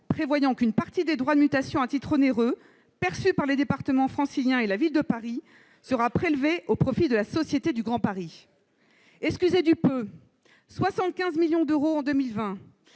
prévoyant qu'une partie des droits de mutation à titre onéreux (DMTO) perçus par les départements franciliens et la Ville de Paris sera prélevée au profit de la Société du Grand Paris (SGP) ! Excusez du peu : 75 millions d'euros en 2020,